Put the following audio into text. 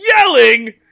yelling